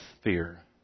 fear